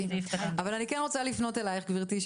אבל אני כן רוצה לפנות אלייך גברתי,